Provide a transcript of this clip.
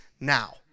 now